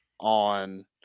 on